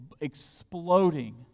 exploding